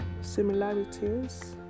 similarities